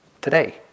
today